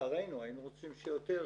לצערנו היינו רוצים שיותר.